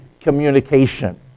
communication